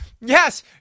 yes